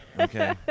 Okay